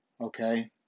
okay